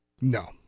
No